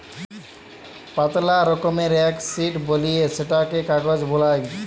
পাতলা রকমের এক শিট বলিয়ে সেটকে কাগজ বালাই